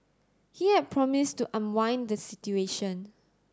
he had promised to unwind the situation